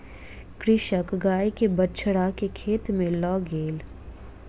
कृषक गाय के बछड़ा के खेत में लअ गेल